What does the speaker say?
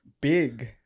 big